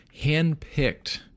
handpicked